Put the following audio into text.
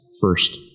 first